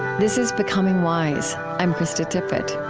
this is becoming wise. i'm krista tippett